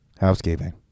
Housekeeping